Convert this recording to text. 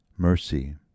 Mercy